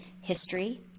history